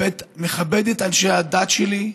מכבד את אנשי הדת שלי,